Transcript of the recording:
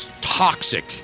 toxic